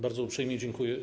Bardzo uprzejmie dziękuję.